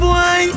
Boy